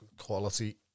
Quality